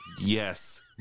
Yes